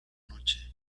noche